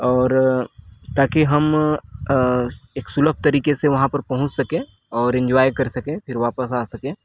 और ताकि हम अ एक सुलभ तरीके से वहाँ पर पहुँच सकें और इंजॉय कर सकें फिर वापस आ सकें